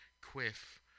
quiff